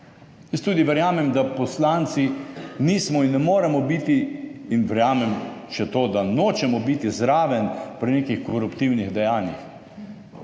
Jaz tudi verjamem, da poslanci nismo in ne moremo biti in verjamem še to, da nočemo biti zraven pri nekih koruptivnih dejanjih.